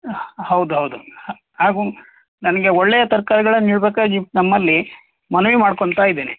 ಹಾಂ ಹೌದೌದು ಹಾಗೂ ನನಗೆ ಒಳ್ಳೆಯ ತರ್ಕಾರಿಗಳನ್ನು ನೀಡಬೇಕಾಗಿ ತಮ್ಮಲ್ಲಿ ಮನವಿ ಮಾಡ್ಕೊತ ಇದ್ದೀನಿ